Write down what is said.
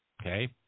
Okay